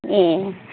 ए